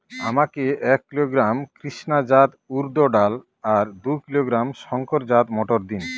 আমাকে এক কিলোগ্রাম কৃষ্ণা জাত উর্দ ডাল আর দু কিলোগ্রাম শঙ্কর জাত মোটর দিন?